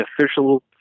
official